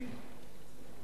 צריך להגיד את האמת: